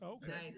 Okay